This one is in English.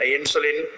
Insulin